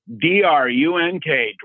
d-r-u-n-k